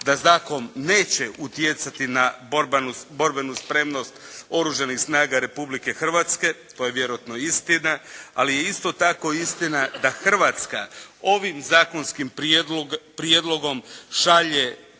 da zakon neće utjecati na borbenu spremnost Oružanih snaga Republike Hrvatske to je vjerojatno istina ali je isto tako istina da Hrvatska ovim zakonskim prijedlogom šalje